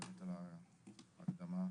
על ההקדמה.